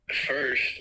first